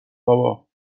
بابا